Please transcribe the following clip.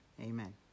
Amen